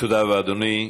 תודה רבה, אדוני.